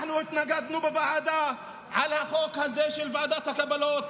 אנחנו התנגדנו בוועדה לחוק הזה של ועדות הקבלה.